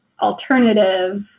alternative